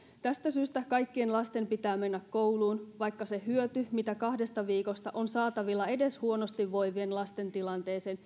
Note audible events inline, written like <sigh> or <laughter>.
tästä syystä kaikkien lasten pitää mennä kouluun vaikka se hyöty mitä kahdesta viikosta on saatavilla edes huonosti voivien lasten tilanteeseen <unintelligible>